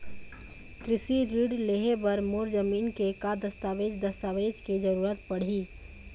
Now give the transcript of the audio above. कृषि ऋण लेहे बर मोर जमीन के का दस्तावेज दस्तावेज के जरूरत पड़ही?